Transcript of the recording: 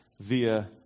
via